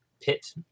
pit